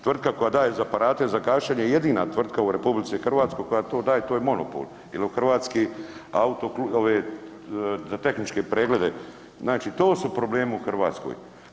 Tvrtka koja daje aparate za gašenje, jedina tvrtka u RH koja to daje to je monopol jer u hrvatski ove tehničke preglede, znači to su problemi u Hrvatskoj.